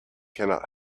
cannot